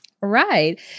Right